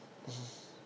mmhmm